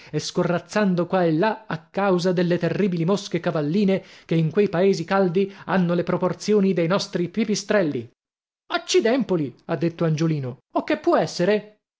e scorrazzando qua e là a causa delle terribili mosche cavalline che in quei paesi caldi hanno le proporzioni dei nostri pipistrelli accidempoli ha detto angiolino o che può essere